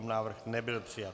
Návrh nebyl přijat.